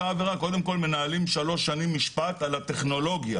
קודם כל מנהלים שלוש שנים משפט על הטכנולוגיה